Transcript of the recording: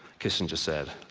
kissinger said